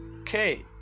okay